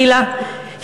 גילה,